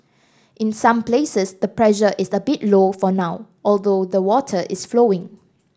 in some places the pressure is a bit low for now although the water is flowing